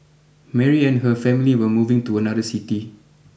Mary and her family were moving to another city